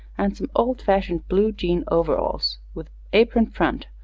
and some old-fashioned blue jean overalls, with apron front,